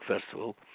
Festival